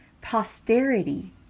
posterity